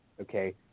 Okay